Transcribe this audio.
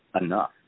enough